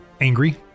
angry